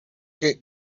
que